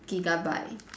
gigabyte